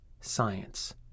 science